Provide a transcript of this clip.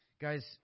guys